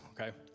Okay